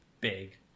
big